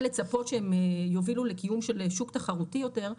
לצפות שהם יובילו לקיום של שוק תחרותי יותר,